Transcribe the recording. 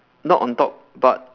not on top but